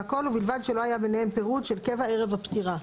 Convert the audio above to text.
והכול שבלבד שלא היה ביניהם פירוד של קבע ערב הפטירה,